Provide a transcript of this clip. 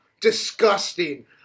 disgusting